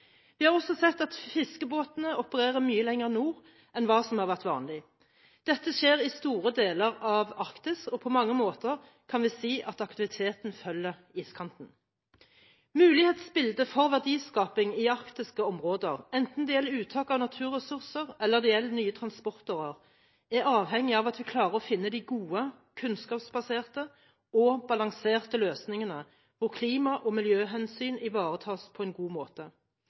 Vi har også sett at fiskebåtene opererer mye lenger nord enn hva som har vært vanlig. Dette skjer i store deler av Arktis, og på mange måter kan vi si at aktiviteten følger iskanten. Mulighetsbildet for verdiskaping i arktiske områder, enten det gjelder uttak av naturressurser eller nye transportårer, er avhengig av at vi klarer å finne de gode, kunnskapsbaserte og balanserte løsningene, hvor klima- og miljøhensyn ivaretas på en god måte.